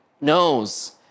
knows